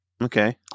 Okay